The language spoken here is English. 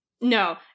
no